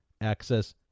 Access